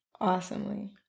Awesomely